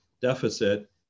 deficit